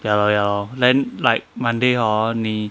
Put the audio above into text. ya lor ya lor then like monday hor 你